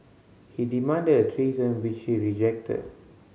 he demanded a threesome which she rejected